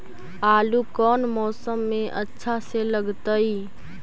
आलू कौन मौसम में अच्छा से लगतैई?